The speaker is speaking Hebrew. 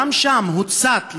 גם שם הוצת,